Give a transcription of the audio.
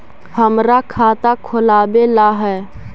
हमरा खाता खोलाबे ला है?